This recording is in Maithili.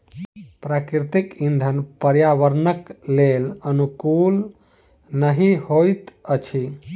प्राकृतिक इंधन पर्यावरणक लेल अनुकूल नहि होइत अछि